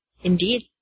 Indeed